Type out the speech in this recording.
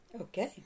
Okay